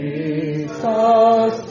Jesus